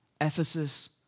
Ephesus